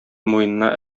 муенына